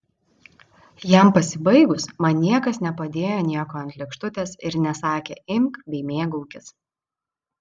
jam pasibaigus man niekas nepadėjo nieko ant lėkštutės ir nesakė imk bei mėgaukis